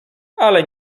ale